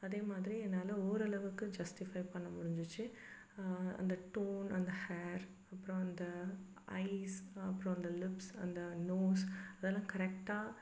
அதேமாதிரி என்னால் ஓரளவுக்கு ஜஸ்டிஃபைவ் பண்ண முடிஞ்சிச்சு அந்த டோன் அந்த ஹேர் அப்புறம் அந்த ஐஸ் அப்புறம் அந்த லிப்ஸ் அந்த நோஸ் அதெல்லாம் கரெக்டாக